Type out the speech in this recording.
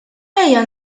ejja